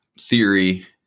theory